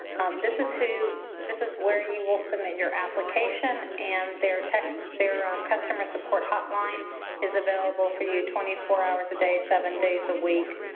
this is who this is where you will submit your application and their tech their um customer support hotline is available for you twenty four hours a day, seven days a week,